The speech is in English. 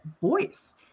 voice